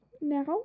now